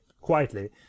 quietly